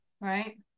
Right